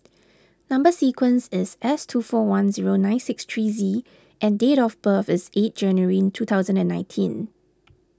Number Sequence is S two four one zero nine six three Z and date of birth is eight January two thousand and nineteen